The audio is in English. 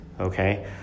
okay